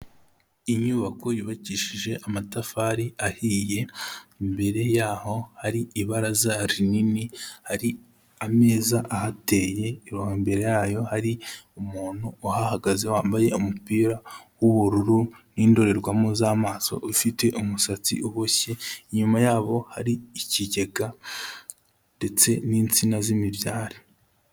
Inyubako yubakishije amatafari ahiye, imbere yaho hari ibaraza rinini hari ameza ahateye, imbere yayo hari umuntu uhahagaze wambaye umupira w'ubururu n'indorerwamo z'amaso ufite umusatsi uboshye, inyuma yabo hari ikigega ndetse n'insina z'imibyare.